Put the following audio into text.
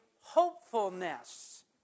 hopefulness